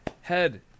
Head